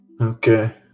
Okay